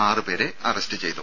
ആറുപേരെ arrest ചെയ്തു